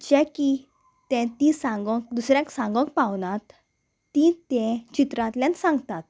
जें की तें ती सांगक दुसऱ्यांक सांगक पावनात ती ते चित्रांतल्यान सांगतात